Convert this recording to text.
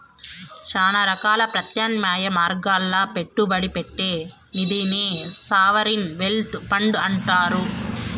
శానా రకాల ప్రత్యామ్నాయ మార్గాల్ల పెట్టుబడి పెట్టే నిదినే సావరిన్ వెల్త్ ఫండ్ అంటుండారు